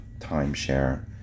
timeshare